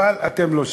אבל אתם לא שם.